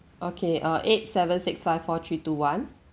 okay uh eight seven six five four three two one